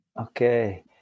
Okay